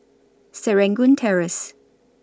Serangoon Terrace